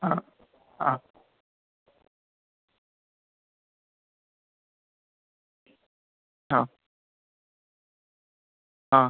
ആ ആ ആ ആ